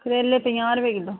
करेले पंजाह् रपेऽ किलो